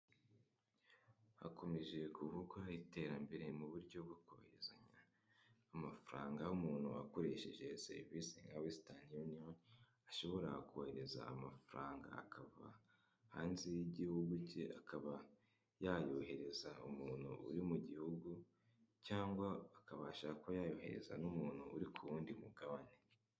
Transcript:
Hakomeje kuvugwa iterambere mu buryo bwo kohererezanya amafaranga y'umuntu akoresheje serivisi nka western union, ashobora kohereza amafaranga akava hanze y'igihugu cye akaba yayohereza umuntu uri mu gihugu cyangwa akabasha kuba yayoherereza n'umuntu uri ku wundi mugabane.